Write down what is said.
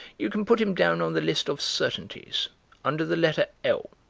you can put him down on the list of certainties under the letter l.